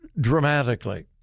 dramatically